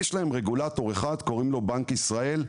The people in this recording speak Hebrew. יש להם רגולטור אחד, שקוראים לו בנק ישראל.